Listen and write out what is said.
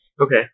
Okay